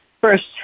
first